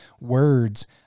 words